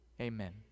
Amen